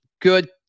good